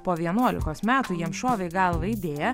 po vienuolikos metų jiem šovė į galvą idėja